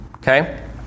Okay